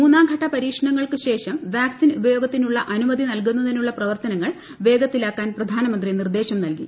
മൂന്നാം ഘട്ട പരീക്ഷണങ്ങൾക്ക് ശേഷം വാക്സിൻ ഉപയോഗത്തിനുള്ള അനുമതി നൽകുന്നതിനുള്ള പ്രവർത്തനങ്ങൾ വേഗത്തിലാക്കാൻ പ്രധാനമന്ത്രി നിർദ്ദേശം നൽകി